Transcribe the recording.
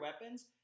weapons